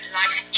life